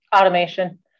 Automation